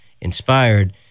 inspired